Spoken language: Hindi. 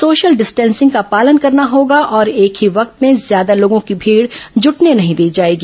सोशल डिस्टेंसिंग का पालन करना होगा और एक ही वक्त में ज्यादा लोगों की भीड जुटने नहीं दी जाएगी